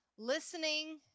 Listening